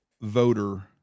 voter